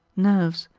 nerves,